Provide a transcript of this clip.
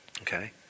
Okay